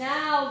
Now